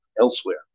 elsewhere